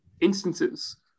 instances